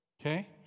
Okay